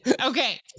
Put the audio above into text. Okay